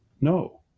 No